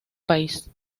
país